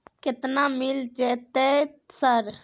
केतना मिल जेतै सर?